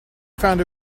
found